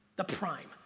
the prime,